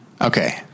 Okay